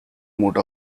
mode